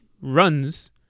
runs